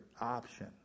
option